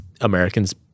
Americans